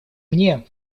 мне